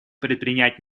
предпринять